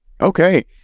Okay